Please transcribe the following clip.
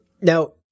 Now